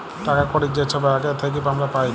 টাকা কড়হি যে ছব জায়গার থ্যাইকে আমরা পাই